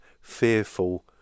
fearful